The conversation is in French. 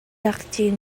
parties